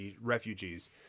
refugees